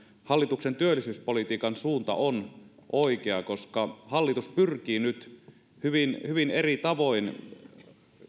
hallituksen työllisyyspolitiikan suunta on oikea koska hallitus pyrkii nyt hyvin hyvin eri tavoin